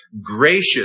gracious